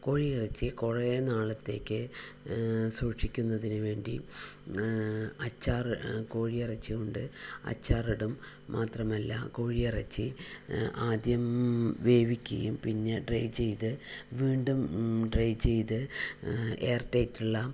കോഴി ഇറച്ചിയെ കുറേ നാളത്തേക്ക് സൂക്ഷിക്കുന്നതിന് വേണ്ടി അച്ചാർ കോഴി ഇറച്ചി കൊണ്ട് അച്ചാറിടും മാത്രമല്ല കോഴി ഇറച്ചി ആദ്യം വേവിക്കുകയും പിന്നെ ഡ്രൈ ചെയ്ത് വീണ്ടും ഡ്രൈ ചെയ്ത് എയർ ടൈറ്റ് ഉള്ള